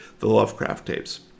thelovecrafttapes